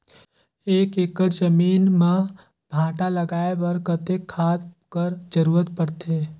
एक एकड़ जमीन म भांटा लगाय बर कतेक खाद कर जरूरत पड़थे?